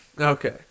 Okay